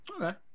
okay